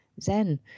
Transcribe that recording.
zen